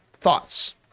thoughts